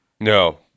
No